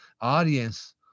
audience